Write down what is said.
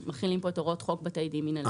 מחילים פה את הוראות בתי חוק בתי דין מינהליים.